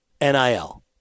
NIL